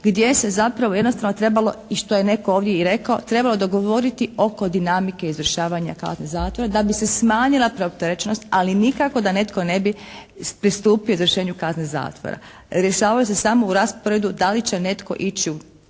gdje se zapravo jednostavno trebalo i što je netko ovdje i rekao, trebalo dogovoriti oko dinamike izvršavanja kazne zatvora da bi se smanjila preopterećenost ali nikako da netko ne bi pristupio izvršenju kazne zatvora. Rješavaju se samo u rasporedu da li će netko ići u